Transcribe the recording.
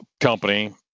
company